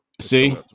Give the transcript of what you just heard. See